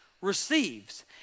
receives